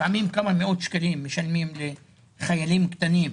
לפעמים כמה מאות שקלים משלמים לחיילים קטנים,